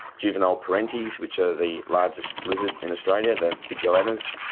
juvenile perenties which are the largest lizard in australia, the big goannas.